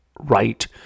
right